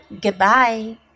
goodbye